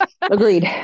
Agreed